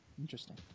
interesting